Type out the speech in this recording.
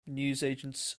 newsagents